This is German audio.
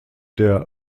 der